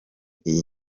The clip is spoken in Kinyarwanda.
iyi